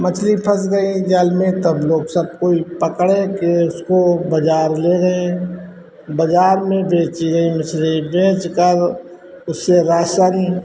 मछली फँस गई जाल में तब लोग सब कोई पकड़कर फिर उसको बाज़ार ले गए बाज़ार में बेची गई मछली बेचकर उससे राशन